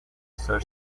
sir